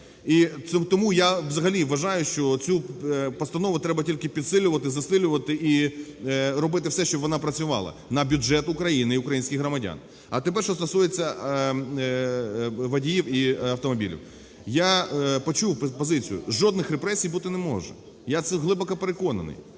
тому я взагалі вважаю, що оцю постанову треба тільки підсилювати, засилювати і робити все, щоб вона працювала на бюджет України і українських громадян. А тепер, що стосується водіїв і автомобілів. Я почув позицію. Жодних репресій бути не може, я в цьому глибоко переконаний.